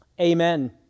Amen